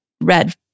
red